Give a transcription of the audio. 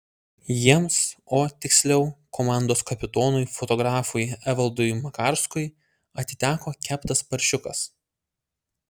jiems o tiksliau komandos kapitonui fotografui evaldui makarskui atiteko keptas paršiukas